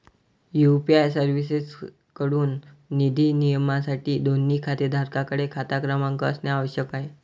UPI सर्व्हिसेसएकडून निधी नियमनासाठी, दोन्ही खातेधारकांकडे खाता क्रमांक असणे आवश्यक आहे